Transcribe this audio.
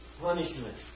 punishment